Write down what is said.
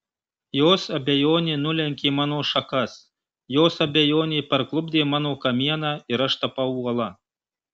jos abejonė nulenkė mano šakas jos abejonė parklupdė mano kamieną ir aš tapau uola